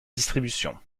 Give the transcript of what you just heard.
distribution